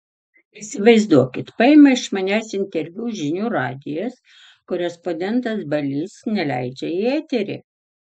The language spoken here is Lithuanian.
įsivaizduokit paima iš manęs interviu žinių radijas korespondentas balys neleidžia į eterį